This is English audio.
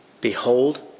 Behold